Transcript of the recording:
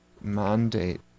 mandate